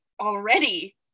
already